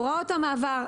הוראות המעבר,